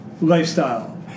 lifestyle